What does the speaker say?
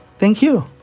thank you